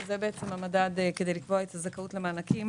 שזה בעצם המדד כדי לקבוע את הזכאות למענקים